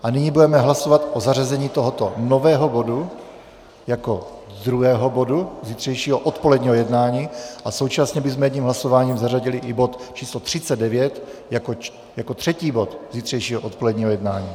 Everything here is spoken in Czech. A nyní budeme hlasovat o zařazení tohoto nového bodu jako druhého bodu zítřejšího odpoledního jednání a současně bychom jedním hlasováním zařadili i bod č. 39 jako třetí bod zítřejšího odpoledního jednání.